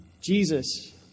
Jesus